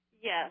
Yes